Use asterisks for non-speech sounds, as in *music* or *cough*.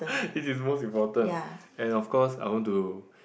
*laughs* this is most important and of course I want to